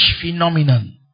phenomenon